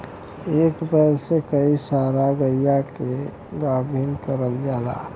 एक बैल से कई सारा गइया के गाभिन करल जाला